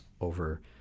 over